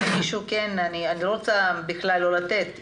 אני לא רוצה בכלל לא לתת להם להתייחס.